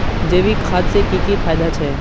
जैविक खाद से की की फायदा छे?